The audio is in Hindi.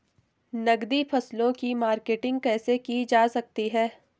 नकदी फसलों की मार्केटिंग कैसे की जा सकती है?